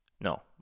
no